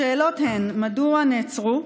השאלות: 1. מדוע נעצרו,